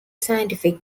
scientific